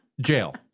Jail